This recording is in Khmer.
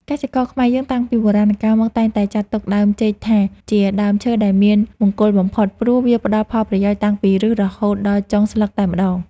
កសិករខ្មែរយើងតាំងពីបុរាណកាលមកតែងតែចាត់ទុកដើមចេកថា ជាដើមឈើដែលមានមង្គលបំផុត ព្រោះវាផ្តល់ផលប្រយោជន៍តាំងពីឫសរហូតដល់ចុងស្លឹកតែម្តង។